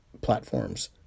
platforms